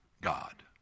God